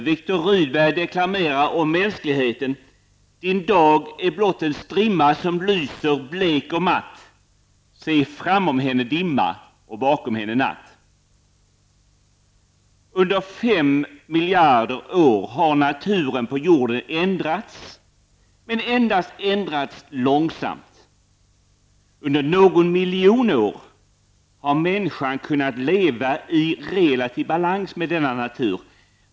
Viktor Rydberg deklamerar om mänskligheten: Din dag är blott en strimma som lyser blek och matt Se framom henne dimma Under fem miljarder år har naturen på jorden ändrats, men ändrats endast långsamt. Under någon miljon år har människan kunnat leva i relativ balans med denna natur.